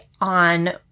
on